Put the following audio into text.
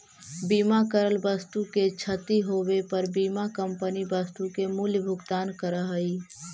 बीमा करल वस्तु के क्षती होवे पर बीमा कंपनी वस्तु के मूल्य भुगतान करऽ हई